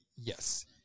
yes